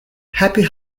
happy